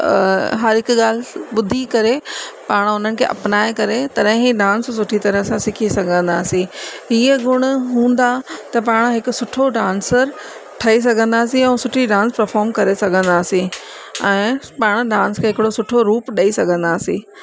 हर हिकु ॻाल्हि ॿुधी करे पाणि उन्हनि खे अपनाए करे तॾहिं ही डांस सुठी तरह सां सिखी सघंदासीं हीअं गुण हूंदा त पाणि हिकु सुठो डांसर ठही सघंदासीं ऐं सुठी डांस पफॉम करे सघंदासीं ऐं पाणि डांस खे हिकिड़ो सुठो रूप ॾेई सघंदासीं